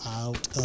out